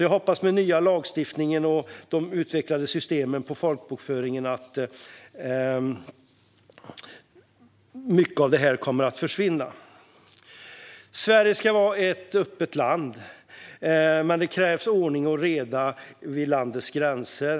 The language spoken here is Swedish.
Jag hoppas att mycket av det här kommer att försvinna med den nya lagstiftningen och de utvecklade systemen för folkbokföringen. Sverige ska vara ett öppet land. Men det krävs ordning och reda vid landets gränser.